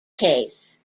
case